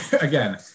again